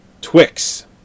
Twix